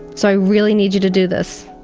so i really need you to do this.